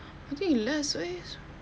putting less ways